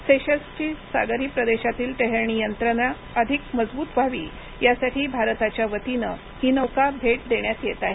सेशल्सची सागरी प्रदेशातील टेहेळणी यंत्रणा अधिक मजबूत व्हावी यासाठी भारताच्या वतीनं ही नौका भेट देण्यात येत आहे